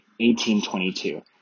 1822